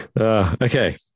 Okay